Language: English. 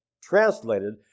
translated